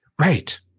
Right